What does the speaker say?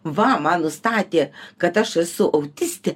va man nustatė kad aš esu autisti